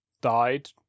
died